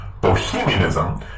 bohemianism